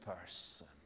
person